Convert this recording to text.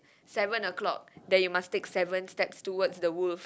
seven o-clock then you must take seven steps towards the wolf